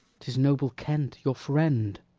tis noble kent, your friend.